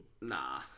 nah